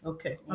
Okay